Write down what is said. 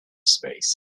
space